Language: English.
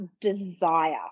desire